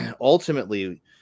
ultimately